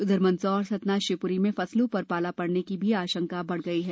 उधर सतना मंदसौर और शिवपूरी मे फसलों पर पाला पड़ने की भी आशंका बढ़ गई है